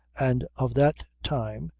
and of that time,